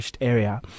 area